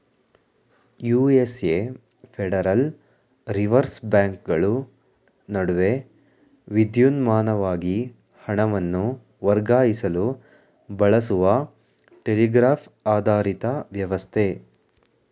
USA federal reserve ಬ್ಯಾಂಕ್ಗಳು ನಡುವೆ ವಿದ್ಯುನ್ಮಾನವಾಗಿ ಹಣವನ್ನು ವರ್ಗಾಯಿಸಲು ಬಳಸುವ ಟೆಲಿಗ್ರಾಫ್ ಆಧಾರಿತ ವ್ಯವಸ್ಥೆ